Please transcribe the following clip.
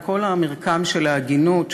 לכל המרקם של ההגינות,